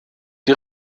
die